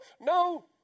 No